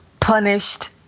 punished